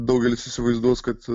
daugelis įsivaizduos kad